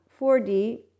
4D